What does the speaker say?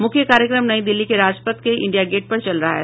मुख्य कार्यक्रम नई दिल्ली के राजपथ के इंडिया गेट पर चल रहा है